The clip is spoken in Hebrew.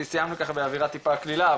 סיימנו ככה באווירה טיפה קלילה,